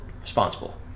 responsible